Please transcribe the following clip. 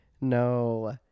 No